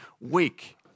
weak